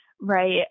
Right